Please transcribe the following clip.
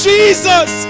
Jesus